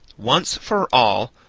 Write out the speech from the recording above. once for all,